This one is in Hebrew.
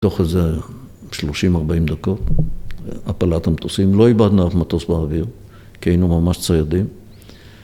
תוך איזה 30-40 דקות, הפלת המטוסים, לא איבדנו אף מטוס באוויר, כי היינו ממש ציידים.